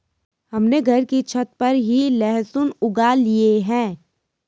हमने घर की छत पर ही लहसुन उगा लिए हैं